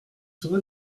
serez